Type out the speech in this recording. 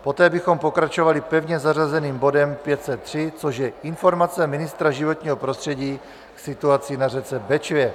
Poté bychom pokračovali pevně zařazeným bodem 503, což je informace ministra životního prostředí k situaci na řece Bečvě.